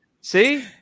See